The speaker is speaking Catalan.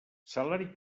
salari